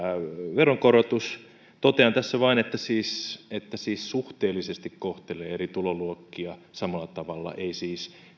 veronkorotus totean tässä vain että se siis suhteellisesti kohtelee eri tuloluokkia samalla tavalla ei siis